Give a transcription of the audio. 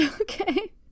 Okay